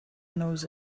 knows